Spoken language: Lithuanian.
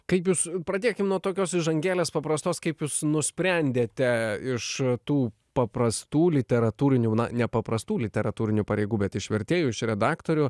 kaip jūs pradėkim nuo tokios įžangėlės paprastos kaip jūs nusprendėte iš tų paprastų literatūrinių na nepaprastų literatūrinių pareigų bet iš vertėjų iš redaktorių